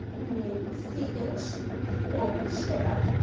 we made c h for chair.